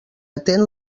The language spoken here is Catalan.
atent